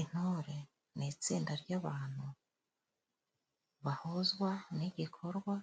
Intore ni itsinda ry'abantu bahuzwa n'igikorwa